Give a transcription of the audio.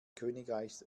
königreichs